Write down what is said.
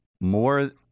more